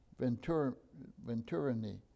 Venturini